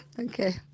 okay